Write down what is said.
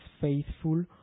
faithful